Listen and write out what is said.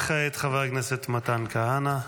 כעת חבר הכנסת מתן כהנא.